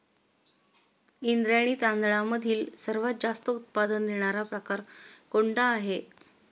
इंद्रायणी तांदळामधील सर्वात जास्त उत्पादन देणारा प्रकार कोणता आहे?